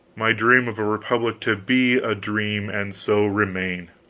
my dream of a republic to be a dream, and so remain.